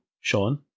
Sean